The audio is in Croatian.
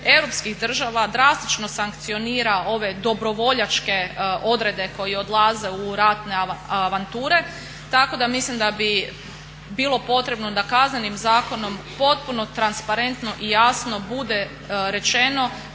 država drastično sankcionira ove dobrovoljačke odrede koji odlaze u ratne avanture tako da mislim da bi bilo potrebno da Kaznenim zakonom potpuno transparentno i jasno bude rečeno